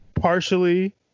Partially